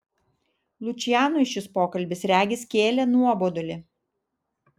lučianui šis pokalbis regis kėlė nuobodulį